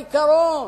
בעיקרון,